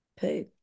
poo